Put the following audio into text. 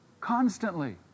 constantly